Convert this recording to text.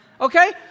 Okay